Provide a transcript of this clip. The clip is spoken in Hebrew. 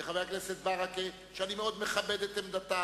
וחבר הכנסת ברכה, שאני מאוד מכבד את עמדתם